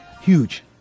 Huge